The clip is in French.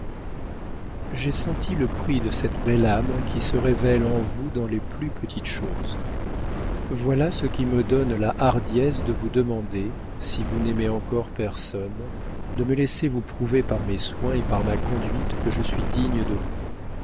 j'ai senti le prix de cette belle âme qui se révèle en vous dans les plus petites choses voilà ce qui me donne la hardiesse de vous demander si vous n'aimez encore personne de me laisser vous prouver par mes soins et par ma conduite que je suis digne de vous